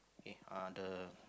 on the